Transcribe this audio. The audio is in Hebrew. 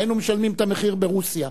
היינו משלמים את המחיר ברוסיה,